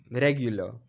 regular